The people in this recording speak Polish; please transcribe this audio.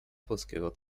polskiego